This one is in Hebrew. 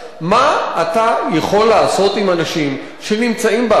מה אתה יכול לעשות עם אנשים שנמצאים בארץ?